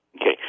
Okay